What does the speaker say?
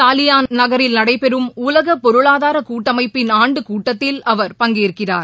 Dalian நகரில் நடைபெறம் உலக பொருளாதார கூட்டமைப்பின் ஆண்டு கூட்டத்தில் அவர் பங்கேற்கிறார்